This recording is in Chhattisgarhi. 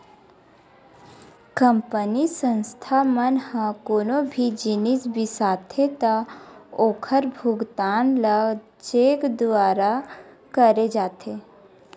कंपनी, संस्था मन ह कोनो भी जिनिस बिसाथे त ओखर भुगतान ल चेक दुवारा करे जाथे